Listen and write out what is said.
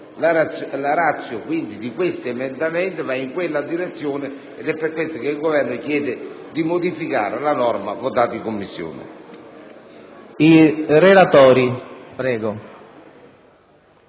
quindi, di questo emendamento va in quella direzione ed è per questo che il Governo chiede di modificare la norma votata in Commissione.